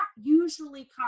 usually